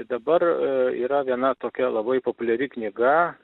dabar yra viena tokia labai populiari knyga